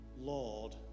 Lord